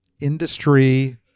industry